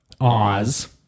Oz